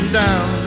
down